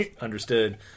Understood